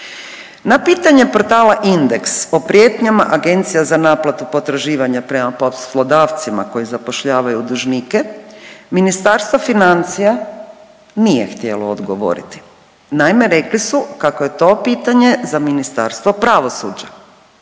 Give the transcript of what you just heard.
Na pitanje portala Index o prijetnjama agencija za naplatu potraživanja prema poslodavcima koji zapošljavaju dužnike, Ministarstvo financija nije htjelo odgovoriti. Naime, rekli su kako je to pitanje za Ministarstvo pravosuđa.